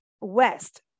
west